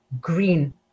green